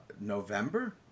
November